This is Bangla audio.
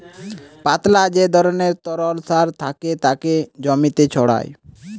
পাতলা যে ধরণের তরল সার থাকে তাকে জমিতে ছড়ায়